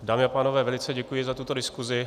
Dámy a pánové, velice děkuji za tuto diskuzi.